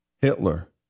Hitler